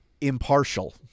impartial